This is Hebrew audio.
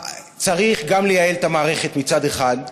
צריך גם לייעל את המערכת מצד אחד,